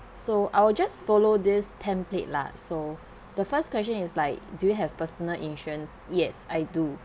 so I will just follow this template lah so the first question is like do you have personal insurance yes I do